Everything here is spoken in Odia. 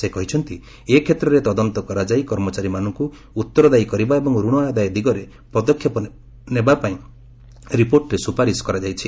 ସେ କହିଛନ୍ତି ଏ କ୍ଷେତ୍ରରେ ତଦନ୍ତ କରାଯାଇ କର୍ମଚାରୀମାନଙ୍କୁ ଉତ୍ତରଦାୟୀ କରିବା ଏବଂ ଋଣ ଆଦାୟ ଦିଗରେ ପଦକ୍ଷେପ ନେବା ପାଇଁ ରିପୋର୍ଟରେ ସୁପାରିଶ୍ କରାଯାଇଛି